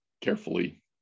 carefully